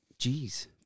Jeez